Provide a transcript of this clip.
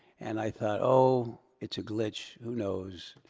and i thought, oh it's a glitch, who knows?